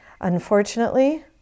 unfortunately